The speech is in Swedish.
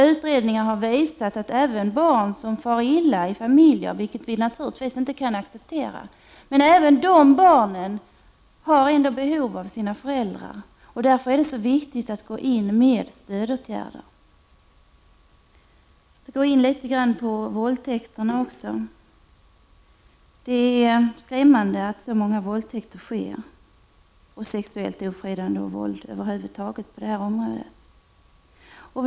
Utredningar har visat att även barn som far illa i sina familjer, vilket vi naturligtvis inte kan acceptera, har behov av sina föräldrar. Det är därför som det är så viktigt att gå in med stödåtgärder. Jag skall också litet grand gå in på frågan om våldtäkterna. Det är skrämmande att det förekommer så många fall av våldtäkter, sexuellt ofredande och över huvud taget sexuellt våld.